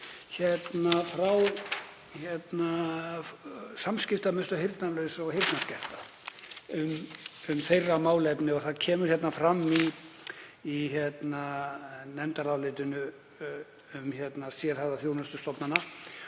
frá Samskiptamiðstöð heyrnarlausra og heyrnarskertra um þeirra málefni og það kemur hér fram í nefndarálitinu um sérhæfðar þjónustustofnanir.